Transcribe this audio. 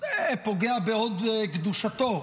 זה פוגע בהוד קדושתו,